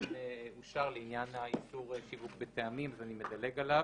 שטרם אושר לעניין איסור שיווק בטעמים אז אני מדלג עליו.